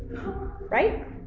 Right